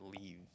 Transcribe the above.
leave